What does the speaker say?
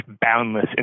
boundless